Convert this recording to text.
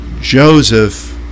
Joseph